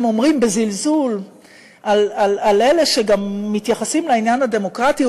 הם אומרים בזלזול על אלה שגם מתייחסים לעניין הדמוקרטי,